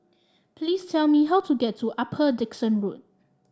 please tell me how to get to Upper Dickson Road